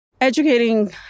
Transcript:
Educating